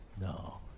No